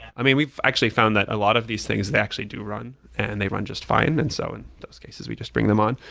i mean we've actually found that a lot of these things, they actually do run and they run just fine. and so in those cases we just bring them on.